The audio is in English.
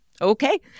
okay